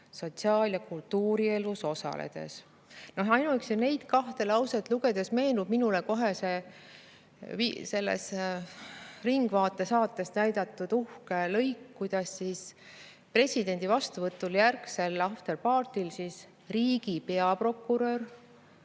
sotsiaal- ja kultuurielus osaledes. Ainuüksi neid kahte lauset lugedes meenub minule kohe "Ringvaate" saates näidatud uhke lõik, kuidas presidendi vastuvõtu järgselafter-party'l riigi peaprokurör